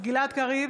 גלעד קריב,